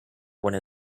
went